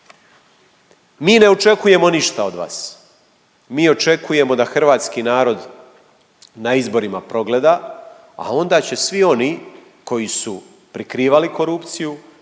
Mi ne očekujemo ništa od vas, mi očekujemo da hrvatski narod na izborima progleda, a onda će svi oni koji su prikrivali korupciju,